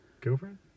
girlfriend